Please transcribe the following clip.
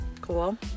cool